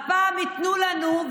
הפעם ייתנו לנו,